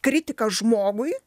kritiką žmogui